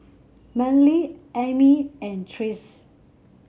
Manley Ami and Trace